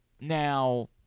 Now